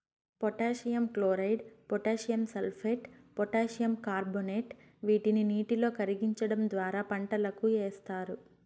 potassium chloride, potassium sulphate, potassium carbonate వీటిని నీటిలో కరిగించడం ద్వారా పంటలకు ఏస్తారు